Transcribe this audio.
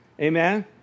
Amen